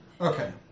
Okay